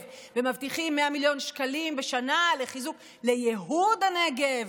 ומבטיחים 100 מיליון בשנה ליהוד הנגב.